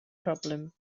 problem